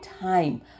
time